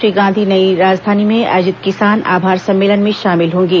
श्री गांधी नई राजधानी में आयोजित किसान आभार सम्मेलन में शामिल होंगे